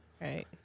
Right